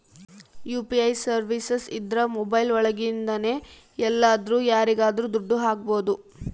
UPI services ಇದ್ರ mobile ಒಳಗಿಂದನೆ ಎಲ್ಲಾದ್ರೂ ಯಾರಿಗಾದ್ರೂ ದುಡ್ಡು ಹಕ್ಬೋದು